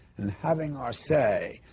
and having our say.